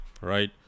right